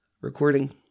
recording